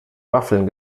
waffeln